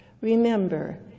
Remember